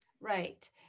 right